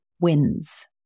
wins